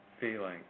feeling